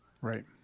right